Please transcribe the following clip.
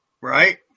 right